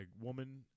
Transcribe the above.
woman